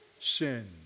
sin